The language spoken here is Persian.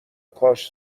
کاش